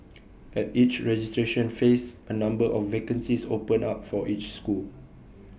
at each registration phase A number of vacancies open up for each school